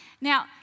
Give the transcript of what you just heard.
Now